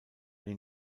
den